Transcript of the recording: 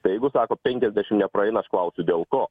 tai jeigu sako penkiasdešim nepraeina aš klausiu dėl ko